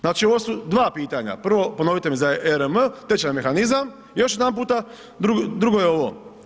Znači ovo su dva pitanja, prvo ponovite mi za ERM tečajni mehanizam još jedanputa, drugo je ovo.